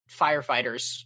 firefighters